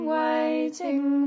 waiting